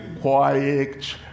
quiet